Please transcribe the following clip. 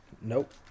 Nope